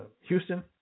Houston